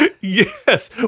Yes